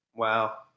Wow